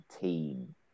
team